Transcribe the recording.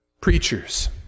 Preachers